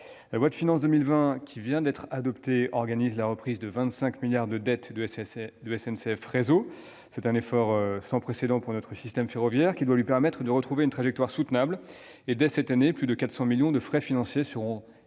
La loi de finances pour 2020, qui vient d'être adoptée, organise la reprise de 25 milliards d'euros de dettes de SNCF Réseau. C'est un effort sans précédent pour notre système ferroviaire, qui doit permettre à ce dernier de retrouver une trajectoire soutenable : dès cette année, plus de 400 millions d'euros de frais financiers seront